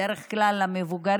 בדרך כלל, המבוגרים,